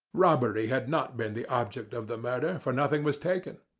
robbery had not been the object of the murder, for nothing was taken.